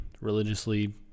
religiously